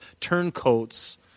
turncoats